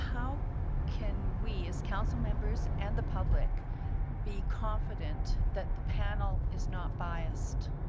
how can we as council members and the public be confident that the panel is not biased?